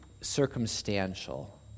circumstantial